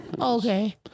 Okay